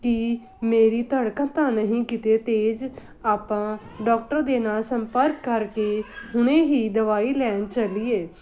ਕਿ ਮੇਰੀ ਧੜਕਣ ਤਾਂ ਨਹੀਂ ਕਿਤੇ ਤੇਜ਼ ਆਪਾਂ ਡਾਕਟਰ ਦੇ ਨਾਲ ਸੰਪਰਕ ਕਰਕੇ ਹੁਣੇ ਹੀ ਦਵਾਈ ਲੈਣ ਚੱਲੀਏ